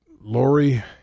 Lori